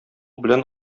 белән